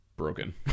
Broken